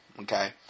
Okay